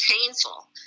painful